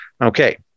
Okay